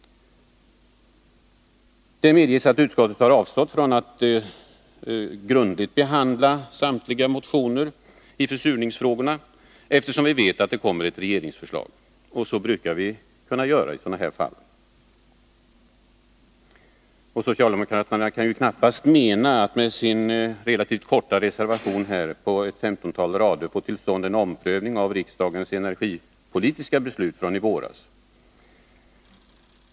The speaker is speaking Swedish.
Det medges att utskottet har avstått från att nu grundligt behandla samtliga motioner i försurningsfrågorna, eftersom vi vet att det kommer ett regeringsförslag. Så brukar vi kunna göra i sådana här fall. Socialdemokraterna kan ju knappast mena att de med sin relativt korta reservation på ett femtontal rader skall få till stånd en omprövning av riksdagens energipoltiska beslut från i våras.